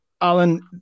Alan